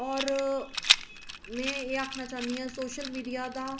होर में एह् आखना चाह्न्नी आं कि सोशल मीडिया दा